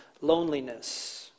loneliness